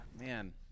man